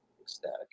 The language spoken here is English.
ecstatic